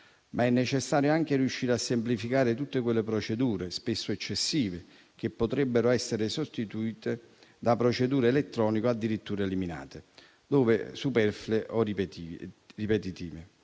ma è necessario anche riuscire a semplificare tutte quelle procedure, spesso eccessive, che potrebbero essere sostituite da procedure elettroniche, o addirittura eliminate, laddove superflue o ripetitive.